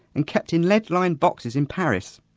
and kept in lead lined boxes in paris.